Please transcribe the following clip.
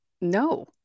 No